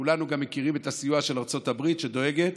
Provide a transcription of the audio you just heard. כולנו גם מכירים את הסיוע של ארצות הברית, שדואגת